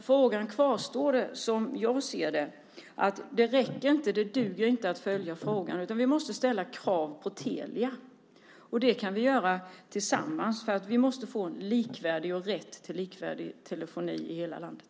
Frågan kvarstår som jag ser det. Det duger inte att följa frågan, utan vi måste ställa krav på Telia. Det kan vi göra tillsammans, för vi måste få rätt till likvärdig telefoni i hela landet.